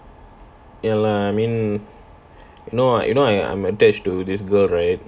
ya lah I mean you know you know I I'm attached to this girl right